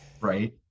Right